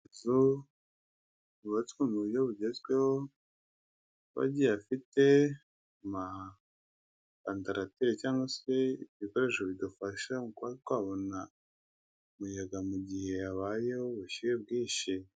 Inzu yubatswe mu buryo bugezweho, ikaba igiye ifite amavandarateri cyangwa se ibikoresho bidufasha kuba twabona umuyaga mu gihe habayeho ubushyuhe bwinshi.